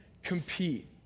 compete